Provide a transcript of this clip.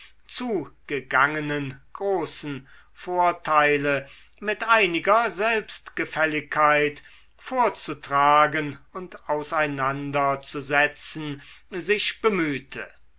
zugegangenen großen vorteile mit einiger selbstgefälligkeit vorzutragen und auseinanderzusetzen sich bemühte